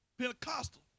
Pentecostal